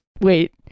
Wait